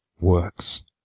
works